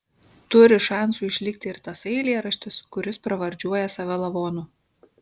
turi šansų išlikti ir tasai eilėraštis kuris pravardžiuoja save lavonu